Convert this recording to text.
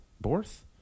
Borth